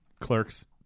Clerks